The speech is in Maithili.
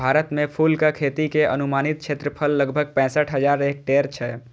भारत मे फूलक खेती के अनुमानित क्षेत्रफल लगभग पैंसठ हजार हेक्टेयर छै